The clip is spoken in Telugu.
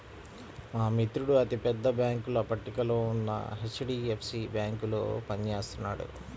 మా మిత్రుడు అతి పెద్ద బ్యేంకుల పట్టికలో ఉన్న హెచ్.డీ.ఎఫ్.సీ బ్యేంకులో పని చేస్తున్నాడు